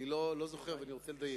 אני לא זוכר, ואני רוצה לדייק,